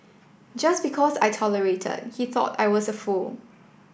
just because I tolerated he thought I was a fool